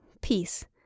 peace